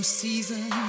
season